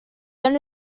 then